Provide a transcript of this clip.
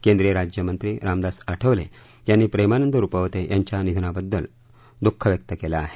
केंद्रीय राज्यमंत्री रामदास आठवले यांनी प्रेमानंद रुपवते यांच्या निधनाबद्दल दुःख व्यक्त केलं आहे